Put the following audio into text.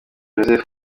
joseph